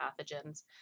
pathogens